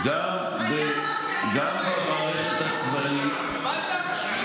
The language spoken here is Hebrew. היה מה שהיה,